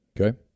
Okay